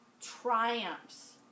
triumphs